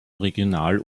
regional